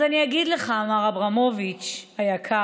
אז אני אגיד לך, מר אברמוביץ' היקר,